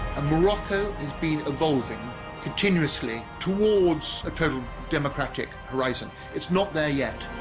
morocco has been evolving continuously towards a total democratic horizon it's not there yet